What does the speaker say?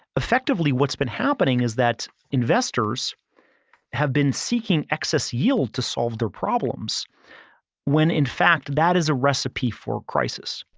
effectively what's been happening is that investors have been seeking excess yield to solve their problems when in fact that is a recipe for crisis.